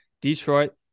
Detroit